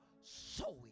sowing